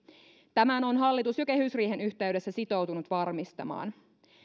tämän on hallitus jo kehysriihen yhteydessä sitoutunut varmistamaan